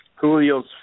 julio's